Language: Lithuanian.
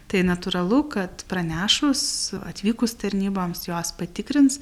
tai natūralu kad pranešus atvykus tarnyboms jos patikrins